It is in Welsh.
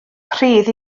rhydd